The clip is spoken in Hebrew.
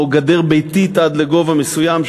או גדר ביתית עד גובה מסוים,